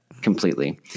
completely